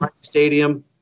stadium